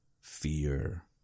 Fear